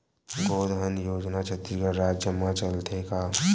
गौधन योजना छत्तीसगढ़ राज्य मा चलथे का?